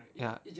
ya